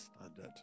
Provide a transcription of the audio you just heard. standard